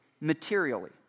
materially